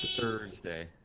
Thursday